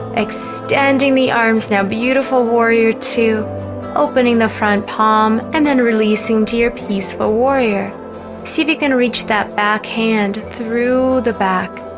extending the arms now beautiful warrior two opening the front palm and then releasing to your peaceful warrior cb gonna reach that back through the back